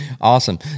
awesome